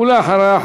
ואחריה,